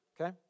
okay